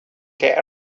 get